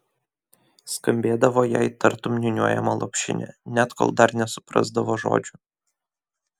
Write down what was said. skambėdavo jai tartum niūniuojama lopšinė net kol dar nesuprasdavo žodžių